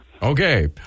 Okay